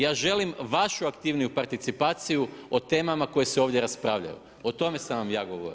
Ja želim vašu aktivniju participaciju o temama koje se ovdje raspravljaju, o tome sam vam ja govorio.